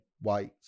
white